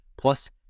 Plus